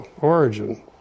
origin